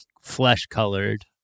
flesh-colored